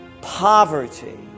poverty